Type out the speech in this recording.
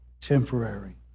temporary